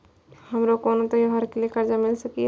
हमारा कोनो त्योहार के लिए कर्जा मिल सकीये?